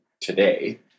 today